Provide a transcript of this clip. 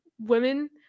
women